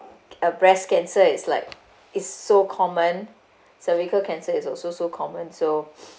uh breast cancer is like is so common cervical cancer is also so common so